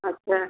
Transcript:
अच्छा